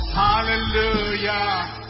hallelujah